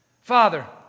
Father